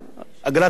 אגרת הרכב.